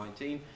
2019